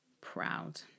proud